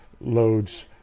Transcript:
loads